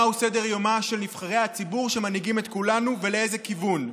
מהו סדר יומם של נבחרי הציבור שמנהיגים את כולנו ולאיזה כיוון.